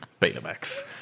Betamax